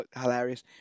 Hilarious